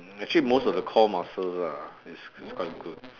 actually most of the core muscles lah it's it's quite good